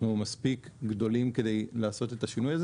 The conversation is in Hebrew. אנחנו מספיק גדולים כדי לעשות את השינוי הזה